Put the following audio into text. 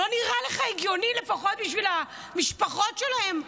לא נראה לך הגיוני, לפחות בשביל המשפחות שלהם,